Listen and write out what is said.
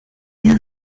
ihr